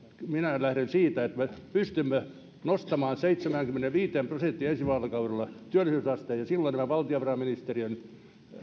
minä lähden siitä että me pystymme nostamaan seitsemäänkymmeneenviiteen prosenttiin ensi vaalikaudella työllisyysasteen ja silloin näitä valtiovarainministeriön